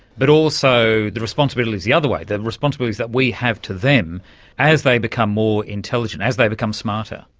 but also the responsibilities the other way, the responsibilities that we have to them as they become more intelligent, as they become smarter.